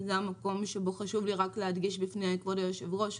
חשוב לי להדגיש בפני כבוד היושב-ראש,